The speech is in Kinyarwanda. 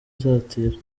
asatira